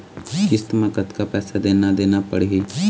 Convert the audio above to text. किस्त म कतका पैसा देना देना पड़ही?